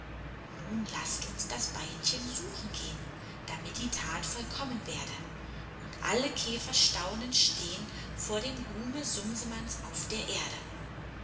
nun laßt uns das beinchen suchen gehn damit die tat vollkommen werde und alle käfer staunend stehn vor dem ruhme sumsemanns auf der erde